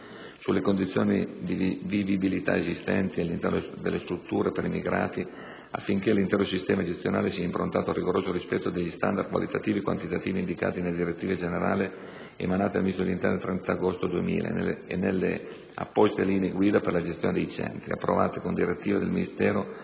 sulle condizioni di vivibilità esistenti all'interno delle strutture per immigrati, affinché l'intero sistema gestionale sia improntato al rigoroso rispetto degli standard qualitativi e quantitativi indicati nella direttiva generale emanata dal Ministro dell'interno in data 30 agosto 2000 e nelle apposite «Linee guida per la gestione dei centri», approvate con direttiva del Ministro